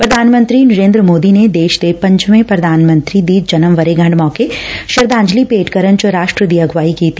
ਪ੍ਧਾਨ ਮੰਤਰੀ ਨਰੇਂਦਰ ਮੋਦੀ ਨੇ ਦੇਸ਼ ਦੇ ਪੰਜਵੇਂ ਪ੍ਧਾਨ ਮੰਤਰੀ ਦੀ ਜਨਮ ਵਰੇਗੰਢ ਮੌਕੇ ਸ਼ਰਧਾਂਜਲੀ ਭੇਂਟ ਕਰਨ ਚ ਰਾਸ਼ਟਰ ਦੀ ਅਗਵਾਈ ਕੀਤੀ